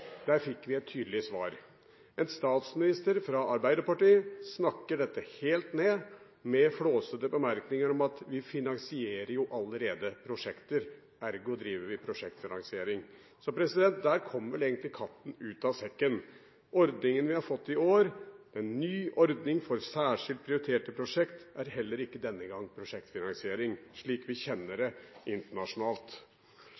fikk vi et tydelig svar: En statsminister fra Arbeiderpartiet snakker dette helt ned med flåsete bemerkninger om at vi finansierer jo allerede prosjekter, ergo driver vi prosjektfinansiering. Der kom vel egentlig katten ut av sekken. Ordningen vi har fått i år, en ny ordning for særskilt prioriterte prosjekt, er heller ikke denne gangen prosjektfinansiering slik vi kjenner det